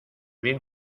bien